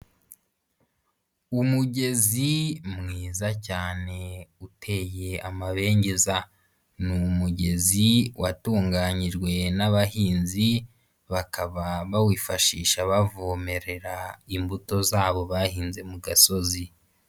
Umugezi mwiza cyane uteye amabengeza, ni umugezi watunganijwe n'abahinzi bakaba bawifashisha bavomerera imbuto zabo bahinze mu gasozi.